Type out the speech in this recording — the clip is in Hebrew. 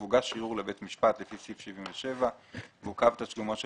הוגש ערעור לבית משפט לפי סעיף 77 ועוכב תשלומו של